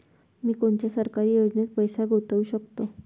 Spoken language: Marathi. मी कोनच्या सरकारी योजनेत पैसा गुतवू शकतो?